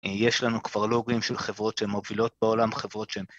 יש לנו כבר לוגים של חברות שהן מובילות בעולם, חברות שהן...